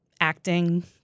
acting